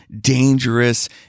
dangerous